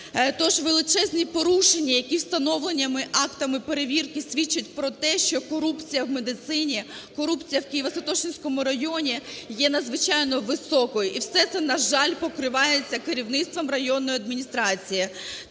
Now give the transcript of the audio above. Тож величезні порушення, які встановлені актами перевірки, свідчать про те, що корупція в медицині, корупція в Києво-Святошинському районі є надзвичайно високою. І все це, на жаль, покривається керівництвом районної адміністрації.